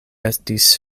estis